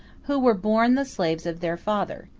who were born the slaves of their father.